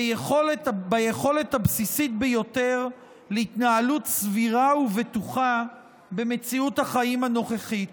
ביכולת הבסיסית ביותר להתנהלות סבירה ובטוחה במציאות החיים הנוכחית.